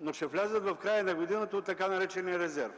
но ще влязат в края на годината от така наречения резерв.